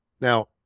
Now-